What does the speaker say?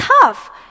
tough